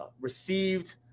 received